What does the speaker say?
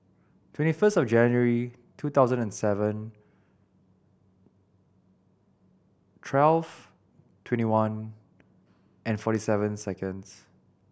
twenty first of January two thousand and seven twelve twenty one and forty seven seconds